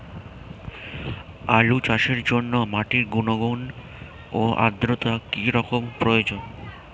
আলু চাষের জন্য মাটির গুণাগুণ ও আদ্রতা কী রকম প্রয়োজন?